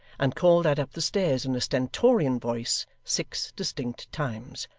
and called that up the stairs in a stentorian voice, six distinct times.